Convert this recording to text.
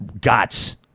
guts